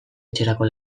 etxerako